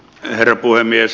herra puhemies